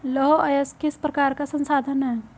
लौह अयस्क किस प्रकार का संसाधन है?